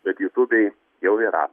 bet jutūbėj jau yra